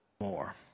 more